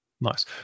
Nice